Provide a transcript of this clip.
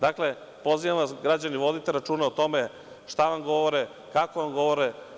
Dakle, pozivam vas, građani, vodite računa o tome šta vam govore, kako vam govore.